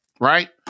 right